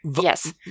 Yes